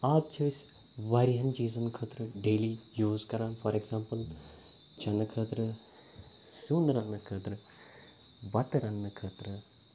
آب چھِ أسۍ واریاہَن چیٖزَن خٲطرٕ ڈیلی یوٗز کَران فار اٮ۪کزامپٕل چَنہٕ خٲطرٕ سیُن رَننہٕ خٲطرٕ بَتہٕ رَننہٕ خٲطرٕ